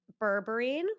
Berberine